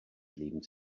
lebens